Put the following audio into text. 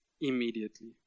immediately